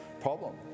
problem